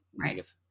right